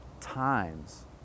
times